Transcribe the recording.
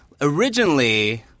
Originally